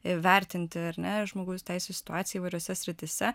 vertinti ar ne žmogaus teisių situaciją įvairiose srityse